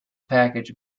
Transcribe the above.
package